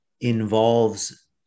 involves